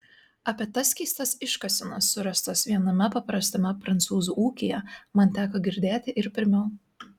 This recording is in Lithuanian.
apie tas keistas iškasenas surastas viename paprastame prancūzų ūkyje man teko girdėti ir pirmiau